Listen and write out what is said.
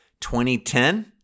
2010